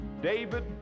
David